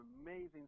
amazing